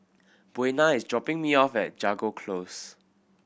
Buena is dropping me off at Jago Close